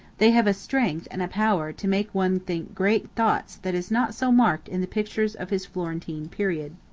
they have a strength and a power to make one think great thoughts that is not so marked in the pictures of his florentine period.